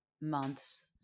months